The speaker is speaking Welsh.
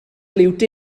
liwt